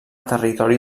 territori